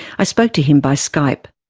i spoke to him by skype.